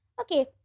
okay